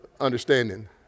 understanding